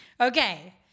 Okay